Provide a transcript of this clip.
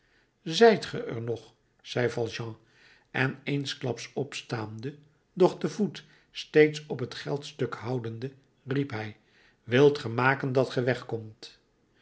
zijt gij t nog zei valjean en eensklaps opstaande doch den voet steeds op het geldstuk houdende riep hij wilt ge maken dat